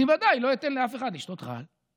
אני ודאי לא אתן לאף אחד לשתות רעל,